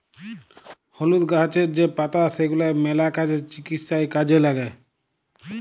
হলুদ গাহাচের যে পাতা সেগলা ম্যালা কাজে, চিকিৎসায় কাজে ল্যাগে